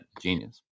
Genius